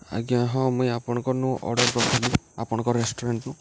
ଆଜ୍ଞା ହଁ ମୁଇଁ ଆପଣକର୍ନୁ ଅର୍ଡ଼ର୍ କରିଥିଲି ଆପଣଙ୍କ ରେଷ୍ଟୁରାଣ୍ଟ୍ରୁ